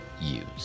use